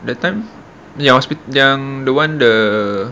that time yang hospi~ yang the one the